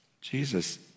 Jesus